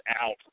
out